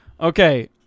Okay